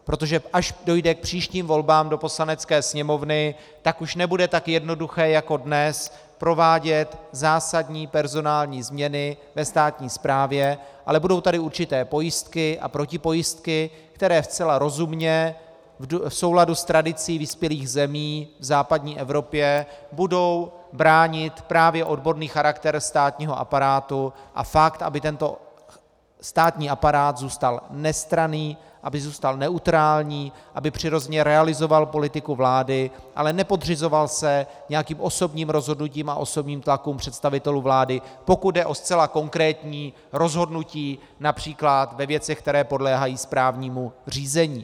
Protože až dojde k příštím volbám do Poslanecké sněmovny, tak už nebude tak jednoduché jako dnes provádět zásadní personální změny ve státní správě, ale budou tady určité pojistky a protipojistky, které zcela rozumně v souladu s tradicí vyspělých zemí v západní Evropě budou bránit právě odborný charakter státního aparátu a fakt, aby tento státní aparát zůstal nestranný, aby zůstal neutrální, aby přirozeně realizoval politiku vlády, ale nepodřizoval se nějakým osobním rozhodnutím a osobním tlakům představitelů vlády, pokud jde o zcela konkrétní rozhodnutí např. ve věcech, které podléhají správnímu řízení.